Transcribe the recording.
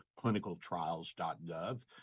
clinicaltrials.gov